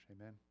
Amen